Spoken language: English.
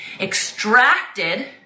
extracted